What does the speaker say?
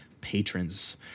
patrons